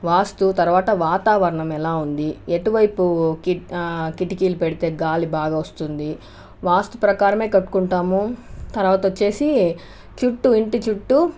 వాస్తు తర్వాత వాతావరణం ఎలా ఉంది ఎటువైపు కిటికీలు పెడితే గాలి బాగా వస్తుంది వాస్తు ప్రకారమే కట్టుకుంటాము తర్వాత వచ్చేసి చుట్టూ ఇంటి చుట్టూ